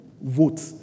vote